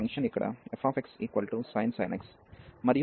మరియు మరొకటి gx1xp